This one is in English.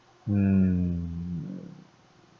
mm